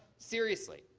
seriously,